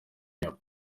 inyuma